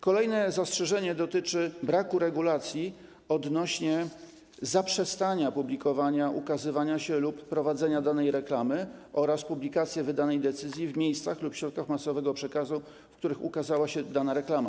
Kolejne zastrzeżenie dotyczy braku regulacji odnośnie do zaprzestania publikowania, ukazywania się lub prowadzenia danej reklamy oraz publikacji wydanej decyzji w miejscach lub w środkach masowego przekazu, w których ukazała się dana reklama.